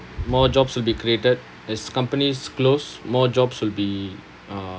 more jobs will be created as companies close more jobs will be uh